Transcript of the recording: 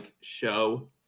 show